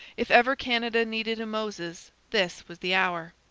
if ever canada needed a moses this was the hour.